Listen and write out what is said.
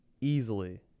easily